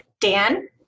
Dan